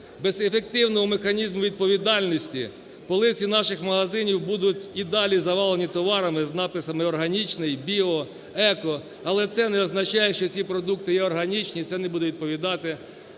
Без ефективного механізму відповідальності полиці наших магазинів будуть і далі завалені товарами з написом "органічний", "біо", "еко", але це не означає, що ці продукти є органічні, це не буде відповідати,